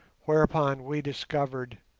whereupon we discovered